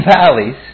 valleys